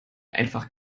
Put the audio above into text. einfach